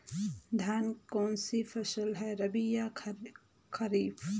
धान कौन सी फसल है रबी या खरीफ?